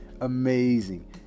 Amazing